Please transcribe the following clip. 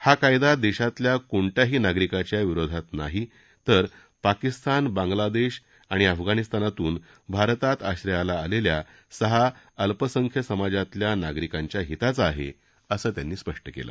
हा कायदा देशातल्या कोणत्याही नागरिकाच्या विरोधात नाही तर पाकिस्तान बांग्लादेश अफगाणिस्तानातून भारतात आश्रयाला आलेल्या सहा अल्पसंख्य समाजातल्या नागरिकांच्या हिताचा आहे असंही त्यांनी स्पष्ट केलं